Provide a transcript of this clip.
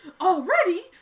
Already